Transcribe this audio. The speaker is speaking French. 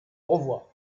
revoit